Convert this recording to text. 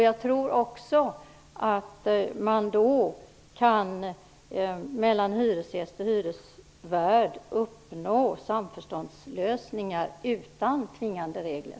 Jag tror också att man då kan uppnå samförståndslösningar mellan hyresgäst och hyresvärd utan tvingande regler.